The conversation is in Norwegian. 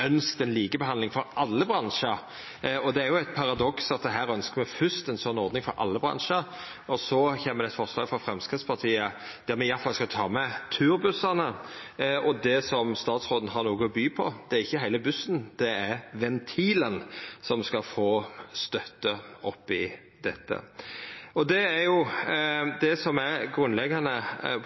ønskt ei likebehandling for alle bransjar. Det er eit paradoks at her ønskjer ein fyrst ei sånn ordning for alle bransjar, så kjem det eit forslag frå Framstegspartiet der ein iallfall skal ta med turbussane, og det statsråden har å by på, er ikkje til heile bussen, det er ventilen som skal få støtte oppi dette. Det er det som er det grunnleggjande